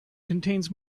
contains